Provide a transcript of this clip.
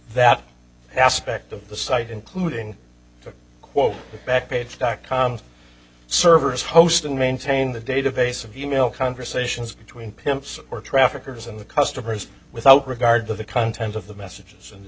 that aspect of the site including the quote back page dot com servers hosting maintain the database of email conversations between pimps or traffickers and the customers without regard to the content of the messages and